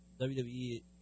WWE